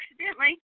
accidentally